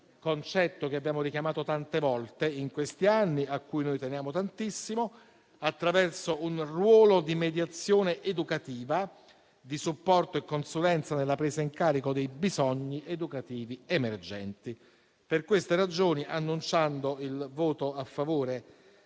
concetto che abbiamo richiamato tante volte in questi anni e a cui noi teniamo tantissimo, attraverso un ruolo di mediazione educativa, di supporto e consulenza nella presa in carico dei bisogni educativi emergenti. Per queste ragioni, annunciando il voto favorevole